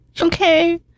Okay